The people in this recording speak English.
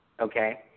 okay